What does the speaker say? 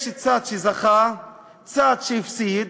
יש צד שזכה וצד שהפסיד,